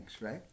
right